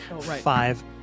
Five